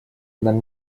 нам